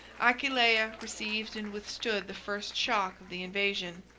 aquileia received and withstood the first shock of the invasion.